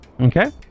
Okay